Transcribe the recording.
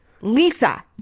Lisa